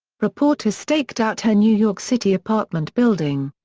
reporters staked out her new york city apartment building.